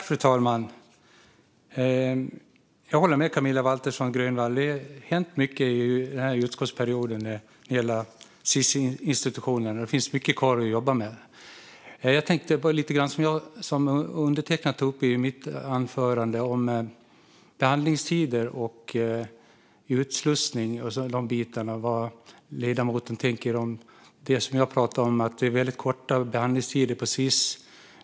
Fru talman! Jag håller med Camilla Waltersson Grönvall. Det har hänt mycket under den här utskottsperioden när det gäller Sis institutioner, och det finns mycket kvar att jobba med. Jag tänkte lite grann på det som jag tog upp i mitt anförande om behandlingstider och utslussning och de bitarna. Vad tänker ledamoten om det som jag pratade om? Det är väldigt korta behandlingstider på Sis.